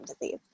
disease